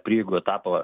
prieigų etapą